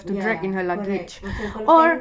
ya correct kalau macam can